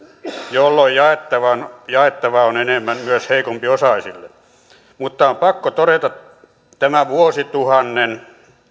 jolloin jaettavaa on enemmän myös heikompiosaisille mutta on pakko todeta tämän vuosituhannen